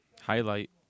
Highlight